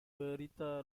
berita